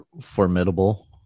formidable